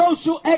social